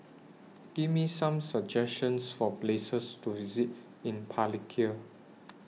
Give Me Some suggestions For Places to visit in Palikir